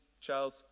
charles